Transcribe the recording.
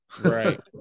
Right